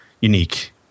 unique